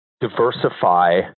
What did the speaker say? diversify